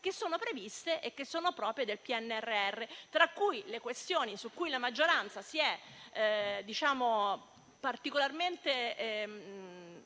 che sono previste e che sono proprie del PNRR. Tra di esse, vi sono le questioni su cui la maggioranza si è particolarmente